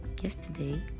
yesterday